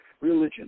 Religion